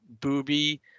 Booby